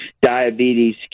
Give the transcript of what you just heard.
diabetes